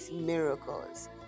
miracles